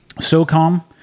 SOCOM